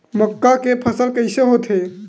मक्का के फसल कइसे होथे?